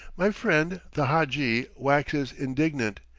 my friend the hadji waxes indignant,